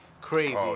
crazy